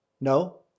No